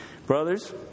brothers